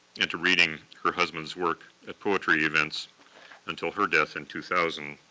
and to reading her husband's work poetry events until her death in two thousand.